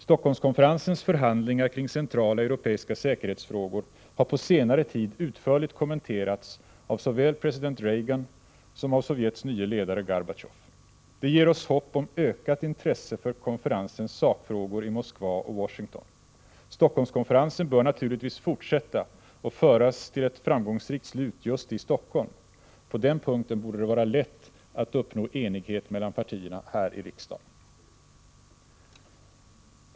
Stockholmskonferensens förhandlingar kring centrala europeiska säkerhetsfrågor har på senare tid utförligt kommenterats såväl av president Reagan som av Sovjets nye ledare Gorbatjov. Det ger hopp om ökat intresse för konferensens sakfrågor i Moskva och Washington. Stockholmskonferensen bör naturligtvis fortsätta och föras till ett framgångsrikt slut just i Stockholm. På den punkten borde det vara lätt att uppnå enighet mellan partierna här i riksdagen.